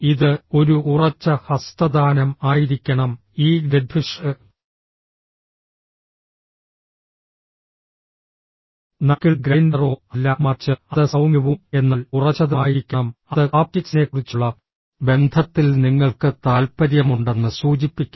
ഇത് ഒരു ഉറച്ച ഹസ്തദാനം ആയിരിക്കണം ഈ ഡെഡ്ഫിഷ് നക്കിൾ ഗ്രൈൻഡറോ അല്ല മറിച്ച് അത് സൌമ്യവും എന്നാൽ ഉറച്ചതുമായിരിക്കണം അത് ഹാപ്റ്റിക്സിനെക്കുറിച്ചുള്ള ബന്ധത്തിൽ നിങ്ങൾക്ക് താൽപ്പര്യമുണ്ടെന്ന് സൂചിപ്പിക്കുന്നു